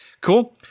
Cool